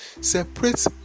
separate